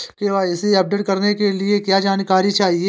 KYC update करने के लिए क्या जानकारी चाहिए?